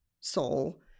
soul